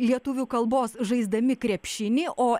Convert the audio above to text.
lietuvių kalbos žaisdami krepšinį o